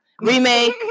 Remake